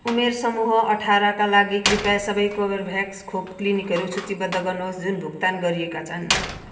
उमेर समूह अठारका लागि कृपया सबै कर्बेभ्याक्स खोप क्लिनिकहरू सूचीबद्ध गर्नुहोस् जुन भुक्तान गरिएका छन्